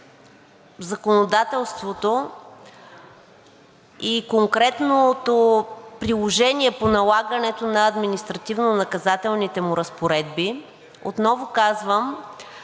законодателството и конкретното приложение по налагането на административнонаказателните му разпоредби, отново казвам,